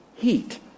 heat